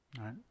right